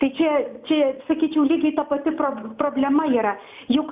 tai čia čia sakyčiau lygiai ta pati prob problema yra juk